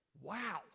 Wow